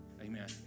Amen